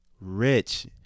rich